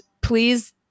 please